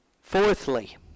Fourthly